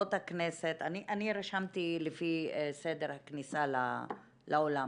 חברות הכנסת, אני רשמתי לפי סדר הכניסה לאולם,